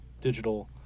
digital